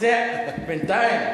בינתיים?